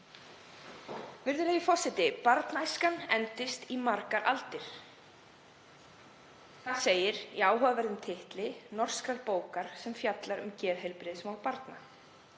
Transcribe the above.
Virðulegi forseti. Barnæskan endist í margar aldir. Það segir í áhugaverðum titli norskrar bókar sem fjallar um geðheilbrigðismál barna.